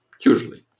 usually